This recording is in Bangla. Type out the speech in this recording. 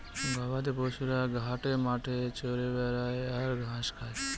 গবাদি পশুরা ঘাটে মাঠে চরে বেড়ায় আর ঘাস খায়